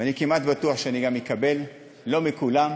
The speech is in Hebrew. ואני כמעט בטוח שאני גם אקבל, לא מכולם,